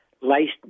laced